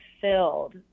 filled